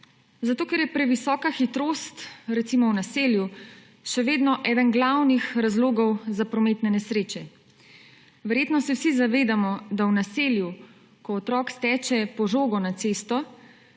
Zato ker je previsoka hitrost, recimo v naselju, še vedno eden glavnih razlogov za prometne nesreče. Verjetno se vsi zavedamo, da v naselju, ko otrok steče po žogo na cesto,